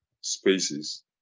spaces